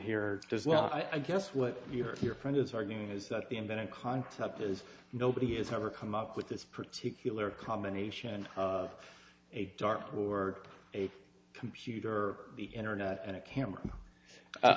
here as well i guess what your friend is arguing is that the invented concept is nobody has ever come up with this particular combination of a dark or a computer or the internet and a camera